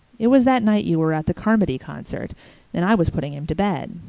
it was that night you were at the carmody concert and i was putting him to bed.